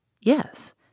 Yes